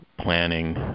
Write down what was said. planning